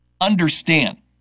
understand